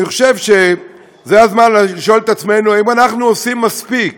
אני חושב שזה הזמן לשאול את עצמנו אם אנחנו עושים מספיק,